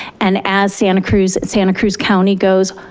and as santa cruz santa cruz county goes,